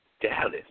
Dallas